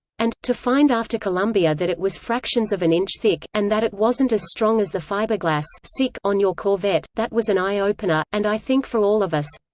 and, to find after columbia that it was fractions of an inch thick, and that it wasn't as strong as the fiberglas so on your corvette, that was an eye-opener, and i think for all of us.